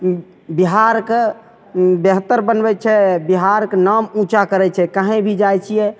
ई बिहारके बेहतर बनबै छै बिहारके नाम ऊँचा करै छै कहीँ भी जाइ छियै